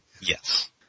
Yes